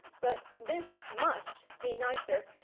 but this must be nicer,